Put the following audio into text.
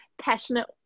passionate